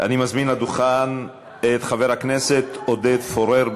אני מזמין לדוכן את חבר הכנסת עודד פורר.